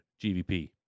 GVP